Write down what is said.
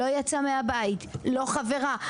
לא יצא מהבית, לא חברה.